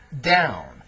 down